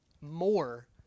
more